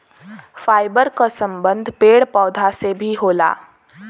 fibre क संबंध पेड़ पौधा से भी होला